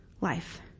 life